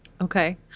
Okay